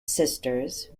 sisters